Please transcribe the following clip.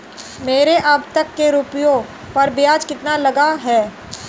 मेरे अब तक के रुपयों पर ब्याज कितना लगा है?